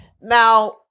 now